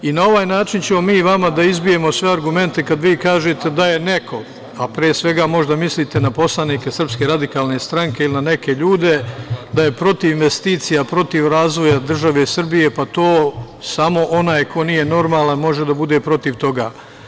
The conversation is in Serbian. I na ovaj način ćemo mi vama da izbijemo sve argumente kada vi kažete da je neko, a pre svega, možda mislite na poslanike SRS ili na neke ljude, da je protiv investicija, protiv razvoja države Srbije, pa to samo onaj ko nije normalan može da bude protiv toga.